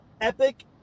Epic